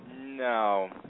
No